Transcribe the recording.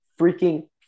freaking